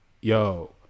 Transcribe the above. yo